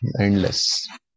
Endless